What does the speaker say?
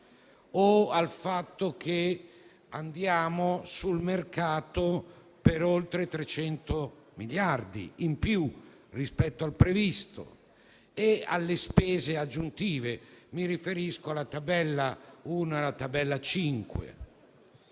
o al fatto che ricorriamo al mercato per oltre 300 miliardi in più rispetto a quanto previsto e alle spese aggiuntive (mi riferisco alla tabella 1 e alla tabella 5).